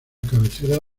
cabecera